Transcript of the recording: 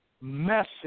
message